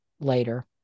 later